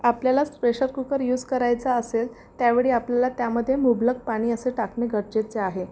आपल्याला pressure cooker use करायचा असेल त्यावेळी आपल्याला त्यामध्ये मुबलक पाणी असं टाकणे गरजेचे आहे